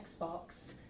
Xbox